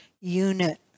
unit